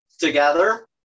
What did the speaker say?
together